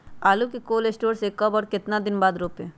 आलु को cold store से ले के कब और कितना दिन बाद रोपे?